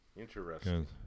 Interesting